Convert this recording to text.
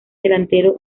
delantero